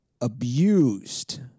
abused